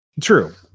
true